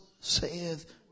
saith